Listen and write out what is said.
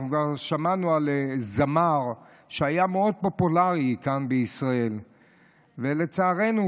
כבר שמענו על זמר שהיה מאוד פופולרי כאן בישראל ולצערנו